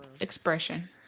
expression